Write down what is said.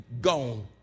gone